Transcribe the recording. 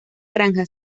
granja